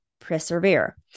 persevere